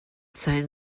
sein